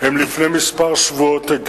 הגיעו לפני כמה שבועות,